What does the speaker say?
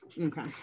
Okay